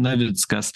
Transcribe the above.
navickas